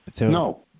No